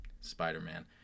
Spider-Man